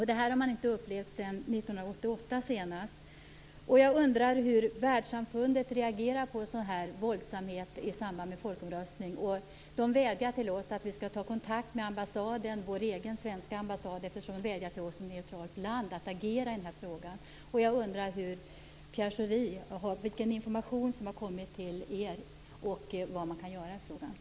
Detta har man inte upplevt sedan 1988. Jag undrar hur världssamfundet reagerar på sådana här våldsamheter i samband med en folkomröstning. Vi har fått en vädjan om att ta kontakt med vår egen svenska ambassad, eftersom Sverige är ett neutralt land, för att agera i den här frågan. Jag undrar vilken information som har kommit till UD och vad man kan göra i frågan.